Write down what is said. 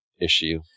issue